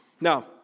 Now